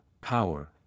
power